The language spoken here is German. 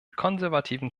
konservativen